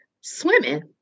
swimming